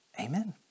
Amen